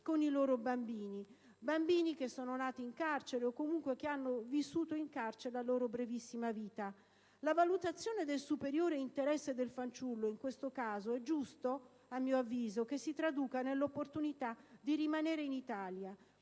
con i loro bambini, bambini che sono nati in carcere o comunque che hanno vissuto in carcere la loro brevissima vita. La valutazione del «superiore interesse del fanciullo» in questo caso è giusto - a mio avviso - che si traduca nell'opportunità di rimanere in Italia.